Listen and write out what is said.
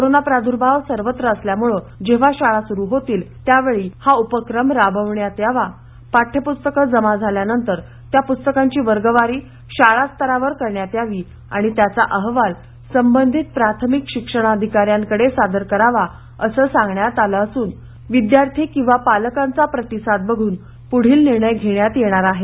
corona प्रादूर्भाव सर्वत्र असल्यामुळे जेव्हा शाळा सुरू होतील त्यावेळी हा उपक्रम राबविण्यात यावा पाठ्यपुस्तकं जमा झाल्यानंतर त्या प्रस्तकांची वर्गवारी शाळास्तरावर करण्यात यावी आणि त्याचा अहवाल संबंधित प्राथमिक शिक्षणाधिकार्यांरकडे सादर करावाअसंसांगण्यातआलंअसून विद्यार्थी किंवा पालकांचा प्रतिसाद बघून पूढील निर्णय घेण्यात येणार आहे